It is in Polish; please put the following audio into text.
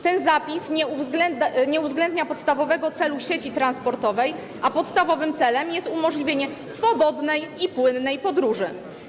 Ten zapis nie uwzględnia podstawowego celu sieci transportowej, a podstawowym celem jest umożliwienie swobodnej i płynnej podróży.